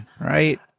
right